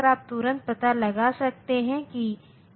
अगर मैं 7 का प्रतिनिधित्व करना चाहता हूं तो यह 1000 हो जाता है